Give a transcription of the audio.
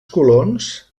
colons